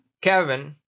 Kevin